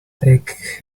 take